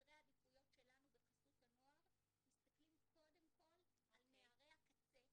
בסדרי העדיפויות שלנו בחסות הנוער מסתכלים קודם כל על נערי הקצה,